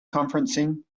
conferencing